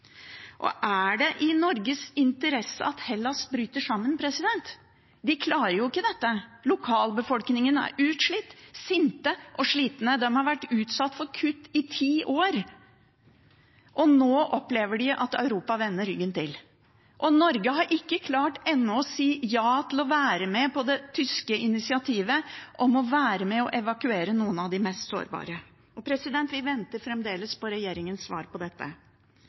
Er det i Norges interesse at Hellas bryter sammen? De klarer jo ikke dette. Lokalbefolkningen er utslitte, sinte og slitne. De har vært utsatt for kutt i ti år, og nå opplever de at Europa vender ryggen til. Og Norge har ennå ikke klart å si ja til å være med på det tyske initiativet om å evakuere noen av de mest sårbare. Vi venter fremdeles på regjeringens svar på dette